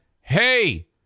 Hey